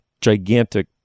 gigantic